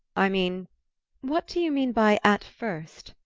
i mean what do you mean by at first?